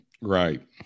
Right